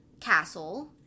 castle